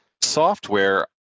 software